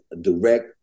direct